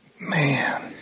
man